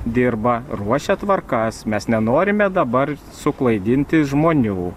dirba ruošia tvarkas mes nenorime dabar suklaidinti žmonių